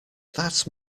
that